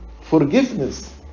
forgiveness